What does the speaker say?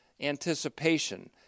anticipation